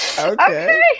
Okay